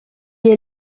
est